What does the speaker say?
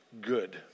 good